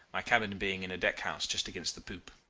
my cabin being in a deck-house just against the poop.